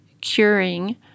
curing